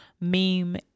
Meme